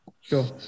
Sure